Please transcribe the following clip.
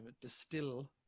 distill